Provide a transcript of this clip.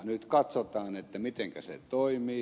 nyt katsotaan mitenkä se toimii